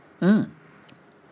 mm